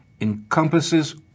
encompasses